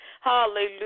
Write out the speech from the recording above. Hallelujah